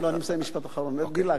לא, אני מסיים, משפט אחרון, דילגתי.